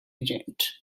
agent